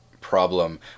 problem